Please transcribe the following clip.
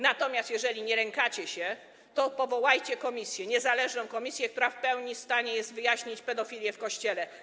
Natomiast jeżeli nie lękacie się, to powołajcie komisję, niezależną komisję, która jest w stanie w pełni wyjaśnić pedofilię w Kościele.